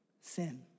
sin